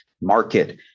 market